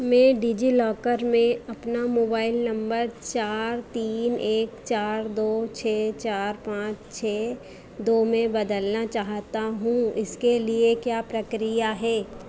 में डिजिलॉकर में अपना मोबाइल नम्बर चार तीन एक चार दो छः चार पाँच छः दो में बदलना चाहता हूँ इसके लिए क्या प्रक्रिया है